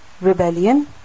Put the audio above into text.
rebellion